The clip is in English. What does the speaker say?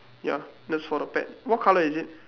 ya that's for the pet what colour is it